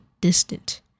distant